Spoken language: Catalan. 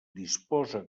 disposa